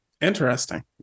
interesting